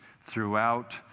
throughout